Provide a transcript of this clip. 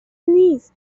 نیست